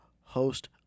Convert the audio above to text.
host